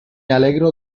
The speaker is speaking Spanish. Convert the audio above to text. alegro